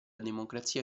democrazia